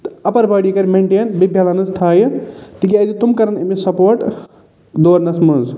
تہٕ upper body کَرِ maintain بیٚیہِ بٮ۪لَنٕس تھایہِ تِکیٛازِ تم کَرَن أمِس سَپورٹ دورنَس منٛز